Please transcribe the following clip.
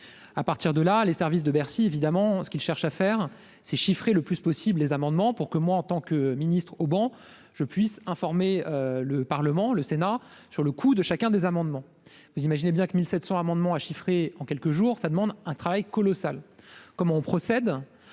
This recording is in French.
à partir de là, les services de Bercy évidemment ce qu'il cherche à faire c'est chiffré le plus possible les amendements pour que moi, en tant que ministre au banc je puisse informer le Parlement, le Sénat sur le coup de chacun des amendements, vous imaginez bien que 1700 amendements à chiffrer en quelques jours, ça demande un travail colossal, comment on procède :